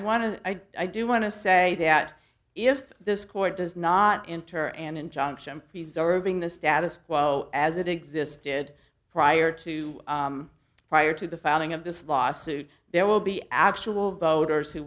want to i do want to say that if this court does not enter an injunction preserving the status quo as it existed prior to prior to the founding of this lawsuit there will be actual voters who